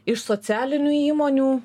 iš socialinių įmonių